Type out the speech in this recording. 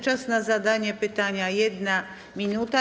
Czas na zadanie pytania - 1 minuta.